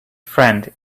friend